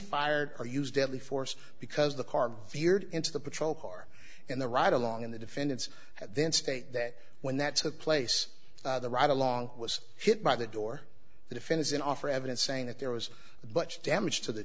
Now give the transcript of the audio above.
fired or use deadly force because the car veered into the patrol car in the right along in the defendant's then state that when that took place the ride along was hit by the door the defense in offer evidence saying that there was a bunch of damage to the